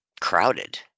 crowded